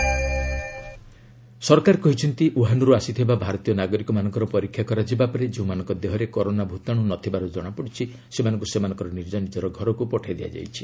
government corona virus ସରକାର କହିଛନ୍ତି ଓ୍ୱହାନରୁ ଆସିଥିବା ଭାରତୀୟ ନାଗରିକମାନଙ୍କର ପରୀକ୍ଷା କରାଯିବା ପରେ ଯେଉଁମାନଙ୍କ ଦେହରେ କରୋନା ଭୂତାଣୁ ନଥିବାର ଜଣାପଡ଼ିଛି ସେମାନଙ୍କୁ ସେମାନଙ୍କର ନିଜ ନିଜ ଘରକୁ ପଠାଇ ଦିଆଯାଇଛି